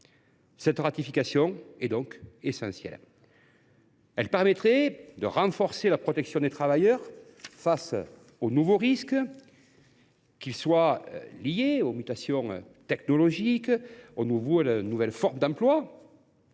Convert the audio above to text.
Cette ratification est donc essentielle. Elle permettrait de renforcer la protection des travailleurs face aux nouveaux risques, qu’ils soient liés aux mutations technologiques, aux nouvelles formes d’emploi